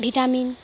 vitamin